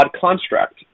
construct